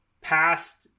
past